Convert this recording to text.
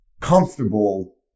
comfortable